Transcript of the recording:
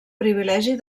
privilegi